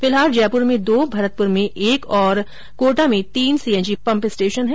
फिलहाल जयपुर में दो भरतपुर में एक तथा कोटा में तीन सीएनजी पंप स्टेशन हैं